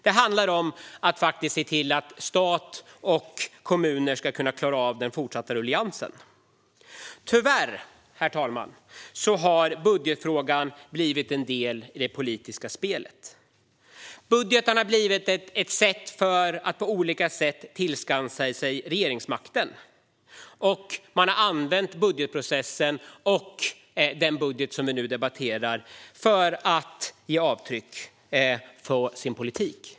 Det handlar om att se till att stat och kommuner ska kunna klara av den fortsatta ruljangsen. Herr talman! Tyvärr har budgetfrågan blivit en del i det politiska spelet. Budgeten har blivit ett sätt att tillskansa sig regeringsmakten. Man har använt budgetprocessen och den budget som vi nu debatterar för att göra avtryck med sin politik.